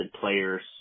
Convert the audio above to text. players